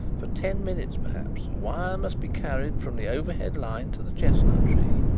for ten minutes, perhaps, a wire must be carried from the overhead line to the chestnut-tree.